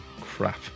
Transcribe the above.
crap